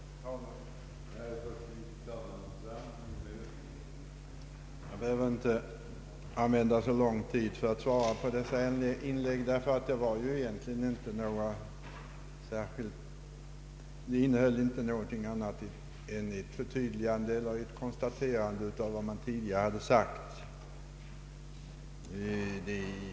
Herr talman! Jag behöver inte använda så lång tid för att svara på dessa inlägg, därför att de inte innehöll något annat än ett förtydligande eller konstaterande av vad som tidigare sagts.